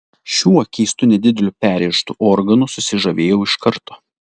šiuo keistu nedideliu perrėžtu organu susižavėjau iš karto